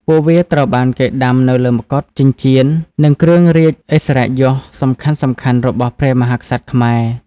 ពួកវាត្រូវបានគេដាំនៅលើមកុដ ចិញ្ចៀន និងគ្រឿងរាជឥស្សរិយយសសំខាន់ៗរបស់ព្រះមហាក្សត្រខ្មែរ។